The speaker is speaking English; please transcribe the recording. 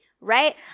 right